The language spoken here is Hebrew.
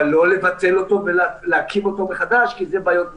אבל לא לבטל אותו ולהקים אותו מחדש כי זה יעורר בעיות משפטיות.